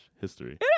history